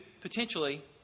potentially